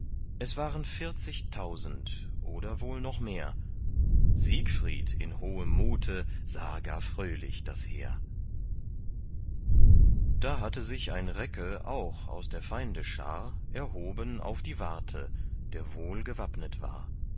es waren vierzigtausend oder wohl noch mehr siegfried in hohem mute sah gar fröhlich das heer da hatte sich ein recke auch aus der feinde schar erhoben auf die warte der wohl gewappnet war